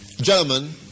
German